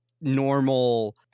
normal